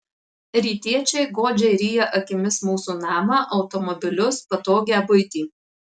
rytiečiai godžiai ryja akimis mūsų namą automobilius patogią buitį